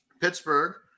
Pittsburgh